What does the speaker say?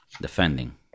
defending